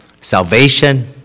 salvation